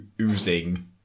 oozing